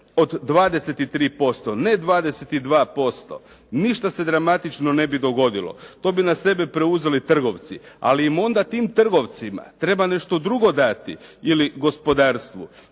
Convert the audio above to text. od 23%, ne 22% ništa se dramatično ne bi dogodilo, to bi na sebe preuzeli trgovci ali im onda tim trgovcima treba nešto drugo dati ili gospodarstvu